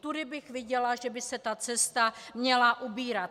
Tudy bych viděla, že by se cesta měla ubírat.